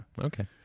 Okay